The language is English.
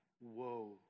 Whoa